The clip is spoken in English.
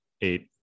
eight